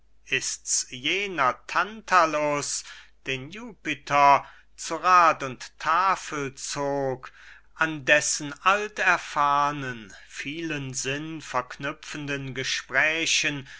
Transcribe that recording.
ist's jener tantalus den jupiter zu rath und tafel zog an dessen alterfahrnen vielen sinn verknüpfenden gesprächen